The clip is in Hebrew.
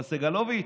אבל סגלוביץ',